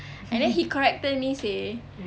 and then he corrected me seh